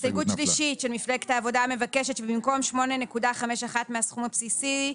הסתייגות שלישית של מפלגת העבודה מבקשת שבמקום "8.51 מהסכום הבסיסי",